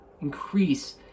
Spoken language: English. increase